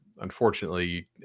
unfortunately